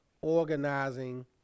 organizing